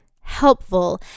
helpful